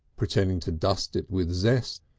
pretending to dust it with zest,